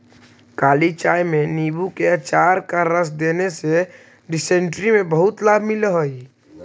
काली चाय में नींबू के अचार का रस देने से डिसेंट्री में बहुत लाभ मिलल हई